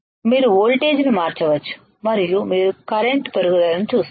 మీరు వోల్టేజ్ను మార్చవచ్చు మరియు మీరు కరెంట్ పెరుగుదలను చూస్తారు